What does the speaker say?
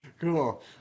Cool